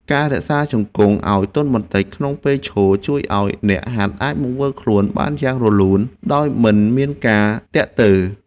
ការរក្សាជង្គង់ឱ្យទន់បន្តិចក្នុងពេលឈរ ជួយឱ្យអ្នកហាត់អាចបង្វិលខ្លួនបានយ៉ាងរលូនដោយមិនមានការទាក់ទើ។